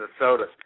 Minnesota